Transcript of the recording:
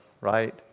right